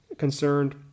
concerned